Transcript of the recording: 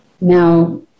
now